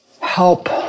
help